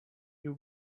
you